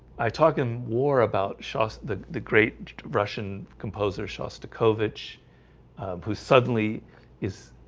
i talked him war about shas the the great russian composer shostakovich who suddenly is?